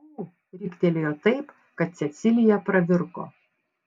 ū riktelėjo taip kad cecilija pravirko